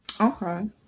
okay